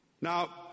Now